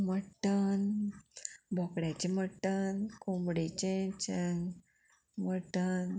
mutton बोकड्याचें मट्टण कोंबडेचें छन मटन